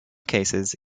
cases